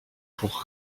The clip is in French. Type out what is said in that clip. pour